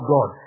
God